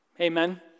Amen